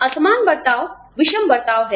असमान बर्ताव विषम बर्ताव है